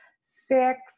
six